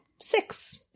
six